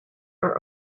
are